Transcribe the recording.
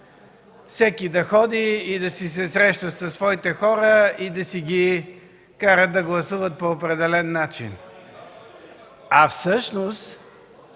всеки да ходи, да се среща със своите хора и да ги кара да гласуват по определен начин, а всъщност